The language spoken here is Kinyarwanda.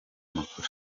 makuru